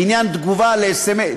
בעניין תגובה לסמ"ס,